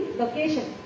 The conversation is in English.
location